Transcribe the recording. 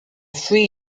three